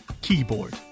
Keyboard